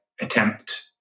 attempt